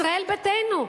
ישראל ביתנו,